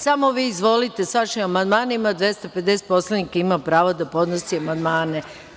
Samo vi izvolite sa vašim amandmanima, 250 poslanika ima pravo da podnosi amandmane.